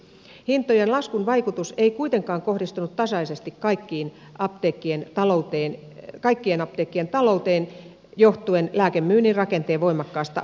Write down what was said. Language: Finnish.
hintojen laskun vaikutus ei kuitenkaan kohdistunut tasaisesti kaikkien apteekkien talouteen johtuen lääkemyynnin rakenteen voimakkaasta apteekkikohtaisesta vaihtelusta